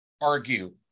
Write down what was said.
argue